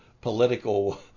political